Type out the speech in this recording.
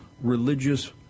religious